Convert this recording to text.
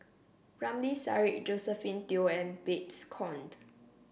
Ramli Sarip Josephine Teo and Babes Conde